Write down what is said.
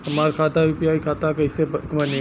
हमार खाता यू.पी.आई खाता कइसे बनी?